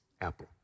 apple